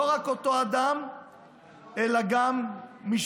לא רק אותו אדם אלא גם משפחתו.